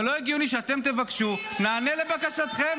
אבל לא הגיוני שאתם תבקשו מענה לבקשתכם